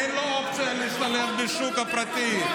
אין לו אופציה להשתלב בשוק הפרטי.